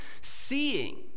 Seeing